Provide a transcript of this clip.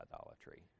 idolatry